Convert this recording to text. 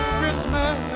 Christmas